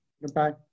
Goodbye